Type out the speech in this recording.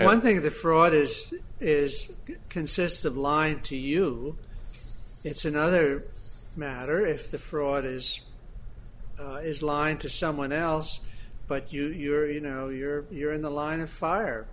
one thing the fraud is is it consists of lie to you it's another matter if the fraud is is lying to someone else but you you're you know you're you're in the line of fire